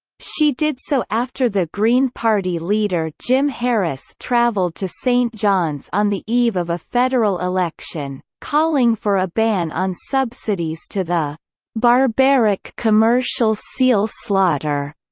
she did so after the green party leader jim harris travelled to st. john's on the eve of a federal election, calling for a ban on subsidies to the barbaric commercial seal slaughter.